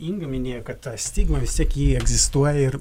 inga minėjo kad ta stigma vis tiek ji egzistuoja ir